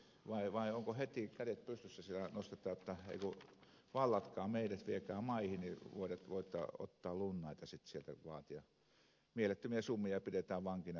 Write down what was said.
vai onko heti kädet pystyssä siellä jotta ei kun vallatkaa meidät viekää maihin niin voitte ottaa lunnaita sitten sieltä vaatia mielettömiä summia pidetään vankina pitkiä aikoja